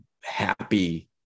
happy